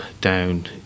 down